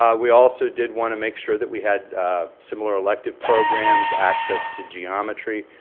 um we also did want to make sure that we had similar elective programs, access to geometry,